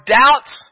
doubts